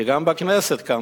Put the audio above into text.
כי גם בכנסת כאן,